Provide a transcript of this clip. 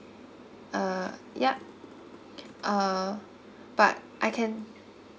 uh yup uh but I can